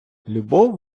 любов